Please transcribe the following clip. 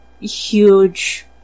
huge